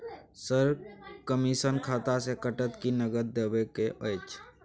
Sir, commission खाता से कटत कि नगद देबै के अएछ?